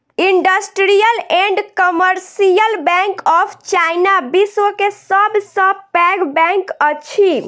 industrial and commercial bank of China, विश्व के सब सॅ पैघ बैंक अछि